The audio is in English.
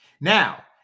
Now